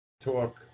Talk